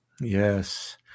yes